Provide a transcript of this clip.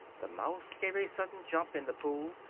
the mouse gave a sudden jump in the pool,